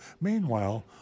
meanwhile